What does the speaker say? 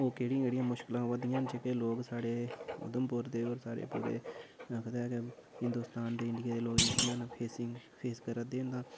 ओह् केह्ड़ियां केह्ड़ियां मुश्कलां आवै दियां न जेह्के लोक साढ़े उधुमपुर दे स्हाडे़ पूरे आखदे कि हिन्दुस्तान दे इंडिया दे लोक जेह्कियां न फेसिंग फेस करै दे न तां